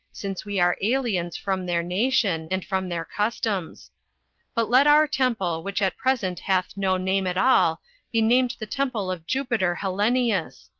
since we are aliens from their nation, and from their customs but let our temple, which at present hath no name at all be named the temple of jupiter hellenius.